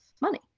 money